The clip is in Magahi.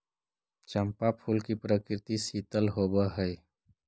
चंपा फूल की प्रकृति शीतल होवअ हई